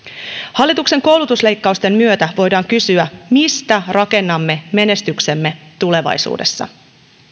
hallituksen koulutusleikkausten myötä voidaan kysyä mistä rakennamme menestyksemme tulevaisuudessa